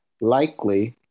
Likely